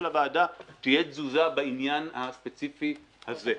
הוועדה תהיה תזוזה בעניין הספציפי הזה.